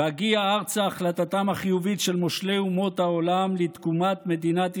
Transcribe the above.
בהגיע ארצה החלטתם החיובית של מושלי אומות העולם לתקומת מדינת ישראל,